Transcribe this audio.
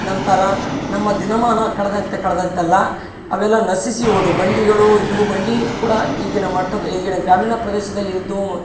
ನಂತರ ನಮ್ಮ ದಿನಮಾನ ಕಳೆದಂತೆ ಕಳದಂತೆಲ್ಲ ಅವೆಲ್ಲ ನಶಿಸಿ ಹೋದುವ್ ಬಂಡಿಗಳು ಇದ್ವು ಬಂಡಿ ಕೂಡ ಈಗಿನ ಮಟ್ಟದ ಈಗಿನ ಗ್ರಾಮೀಣ ಪ್ರದೇಶದಲ್ ಇದ್ವು